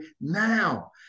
now